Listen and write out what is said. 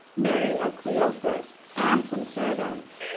mary of cleophas, and some servants,